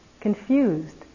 confused